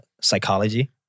psychology